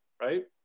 right